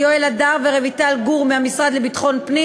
ובכל פעם הלובי מגיע ומפיל את זה.